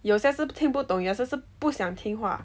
有些是听不懂有些是不想听话